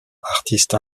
artiste